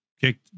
kicked